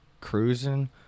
cruising